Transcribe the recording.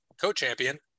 co-champion